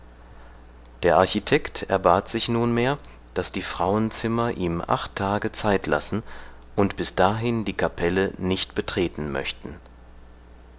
der architekt erbat sich nunmehr daß die frauenzimmer ihm acht tage zeit lassen und bis dahin die kapelle nicht betreten möchten